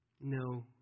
No